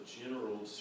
general